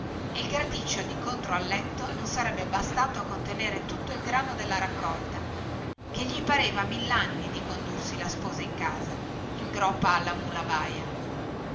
e il graticcio di contro al letto non sarebbe bastato a contenere tutto il grano della raccolta che gli pareva millanni di condursi la sposa in casa in groppa alla mula baia